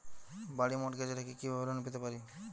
বাড়ি মর্টগেজ রেখে কিভাবে লোন পেতে পারি?